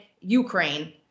Ukraine